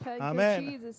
Amen